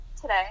today